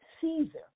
Caesar